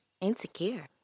Insecure